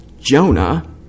Jonah